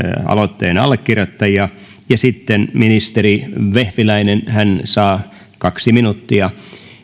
aloitteen allekirjoittajia ja sitten ministeri vehviläinen hän saa kaksi minuuttia